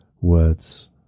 words